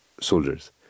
soldiers